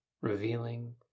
revealing